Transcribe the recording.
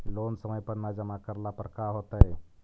Loan समय पर न जमा करला पर का होतइ?